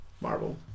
Marvel